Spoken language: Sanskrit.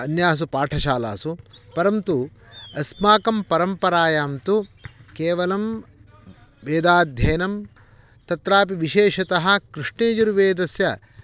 अन्यासु पाठशालासु परन्तु अस्माकं परम्परायां तु केवलं वेदाध्ययनं तत्रापि विशेषतः कृष्णयजुर्वेदस्य